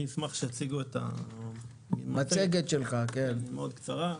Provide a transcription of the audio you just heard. אני אשמח שיציגו את המצגת, היא מאוד קצרה.